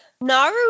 Naru